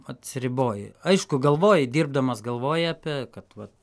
atsiriboji aišku galvoji dirbdamas galvoji apie kad vat